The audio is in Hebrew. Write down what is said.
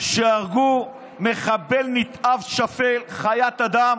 שהרגו מחבל נתעב, שפל, חיית אדם,